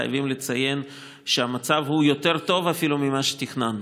חייבים לציין שהמצב הוא יותר טוב אפילו ממה שתכננו.